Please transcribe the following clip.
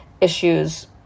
issues